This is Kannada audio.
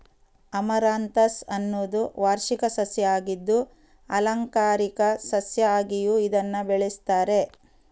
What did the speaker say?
ಅಮರಾಂಥಸ್ ಅನ್ನುದು ವಾರ್ಷಿಕ ಸಸ್ಯ ಆಗಿದ್ದು ಆಲಂಕಾರಿಕ ಸಸ್ಯ ಆಗಿಯೂ ಇದನ್ನ ಬೆಳೆಸ್ತಾರೆ